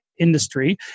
industry